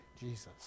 Jesus